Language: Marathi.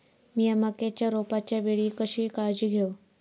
मीया मक्याच्या रोपाच्या वेळी कशी काळजी घेव?